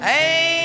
Hey